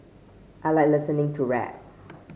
I like listening to rap